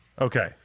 Okay